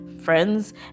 friends